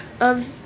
of-